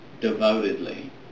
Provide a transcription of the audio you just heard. devotedly